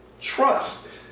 trust